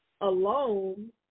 alone